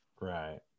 right